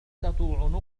ربطة